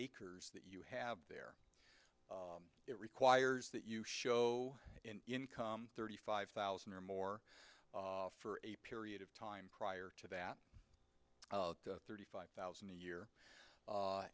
acres that you have there it requires that you show in income thirty five thousand or more for a period of time prior to that thirty five thousand a year